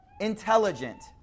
intelligent